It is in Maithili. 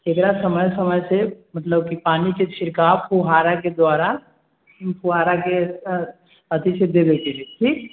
एकरा समय समय से मतलब की पानी के छिड़काव फुहारा के द्वारा फुहारा के अथि से देबे के है ठीक